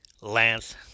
Lance